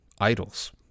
idols